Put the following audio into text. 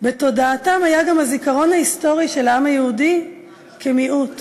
בתודעתם היה גם הזיכרון ההיסטורי של העם היהודי כמיעוט.